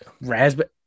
Raspberry